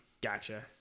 Gotcha